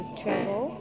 travel